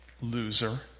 Loser